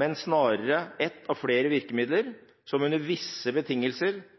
men snarere et av flere virkemidler, som under visse betingelser